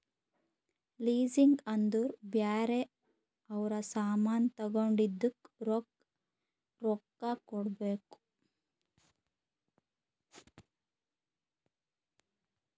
leasing ಅಂದುರ್ ಬ್ಯಾರೆ ಅವ್ರ ಸಾಮಾನ್ ತಗೊಂಡಿದ್ದುಕ್ ರೊಕ್ಕಾ ಕೊಡ್ಬೇಕ್